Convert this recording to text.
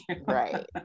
Right